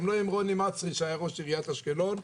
גם לא עם רוני מהצרי שהיה ראש עריית אשקלון,